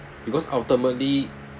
because ultimately